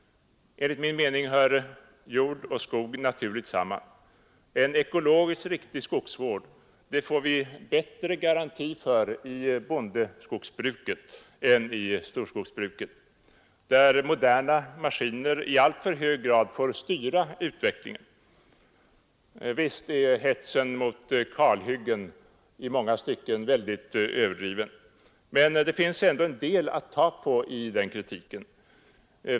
Enligt min mening hör jord och skog naturligt samman. En ekologiskt riktig skogsvård får vi bättre garanti för i bondeskogsbruket än i storskogsbruket, där moderna maskiner i alltför hög grad får styra utvecklingen. Visst är hetsen mot kalhyggen oerhört överdriven, men det finns ändå en del att ta på i den kritiken.